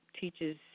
teaches